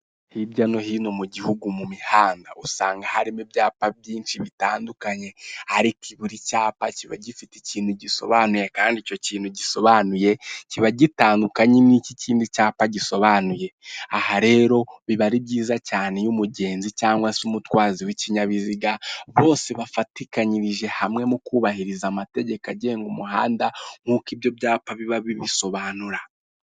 Hirya no hino mu gihugu mu mihanda usanga harimo ibyapa byinshi bitandukanye ariko buri cyapa kiba gifite ikintu gisobanuye kandi icyo kintu gisobanuye kiba gitandukanye n'icyo ikandi cyapa gisobanuye aha rero biba ari byiza cyaney'umugenzi cyangwa se umutwazi w'ikinyabiziga bose bafatikanyirije hamwe mu kubahiriza amategeko agenga umuhanda nk'uko ibyo byapa biba bibisobanura.